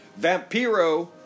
Vampiro